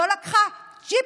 היא לא לקחה ג'יפ,